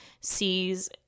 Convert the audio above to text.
sees